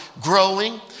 growing